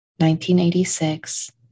1986